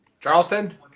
Charleston